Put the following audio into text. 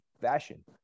fashion